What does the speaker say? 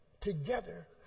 together